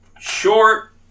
short